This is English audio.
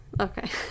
Okay